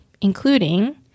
including